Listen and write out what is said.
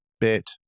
bit